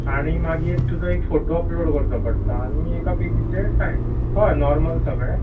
आनी मागीर तुजो एक फोटो अपलोड करचो पडटा आनी एका पेजीचेर सायन हय नॉर्मल सगलें